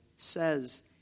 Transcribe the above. says